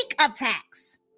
attacks